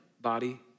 body